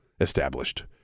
Established